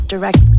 Direct